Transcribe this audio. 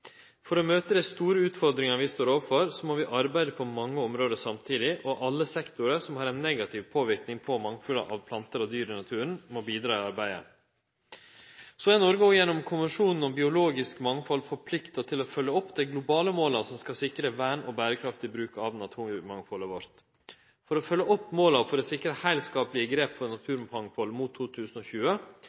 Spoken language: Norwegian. For å møte dei store utfordringane vi står overfor, må vi arbeide på mange område samtidig, og alle sektorar som har ein negativ verknad på mangfaldet av planter og dyr i naturen, må bidra i arbeidet. Så er Noreg gjennom Konvensjonen om biologisk mangfald òg forplikta til å følgje opp dei globale måla som skal sikre vern og berekraftig bruk av naturmangfaldet vårt. For å følgje opp måla for å sikre heilskaplege grep for naturmangfald mot 2020